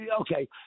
okay